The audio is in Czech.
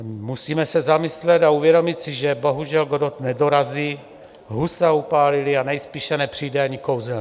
Musíme se zamyslet a uvědomit si, že bohužel Godot nedorazí, Husa upálili a nejspíše nepřijde ani kouzelník.